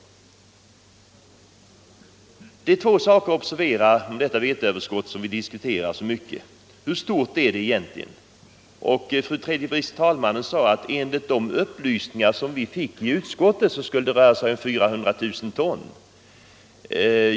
Det är två saker som bör observeras beträffande veteöverskottet som vi diskuterar så mycket: Hur stort är det egentligen? Fru tredje vice talmannen sade att enligt de upplysningar som vi fick i utskottet skulle det röra sig om 400 000 ton.